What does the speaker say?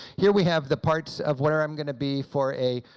here we have the parts of where i'm going to be for a,